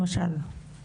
למשל.